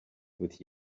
with